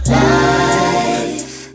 life